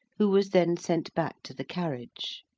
who was then sent back to the carriage.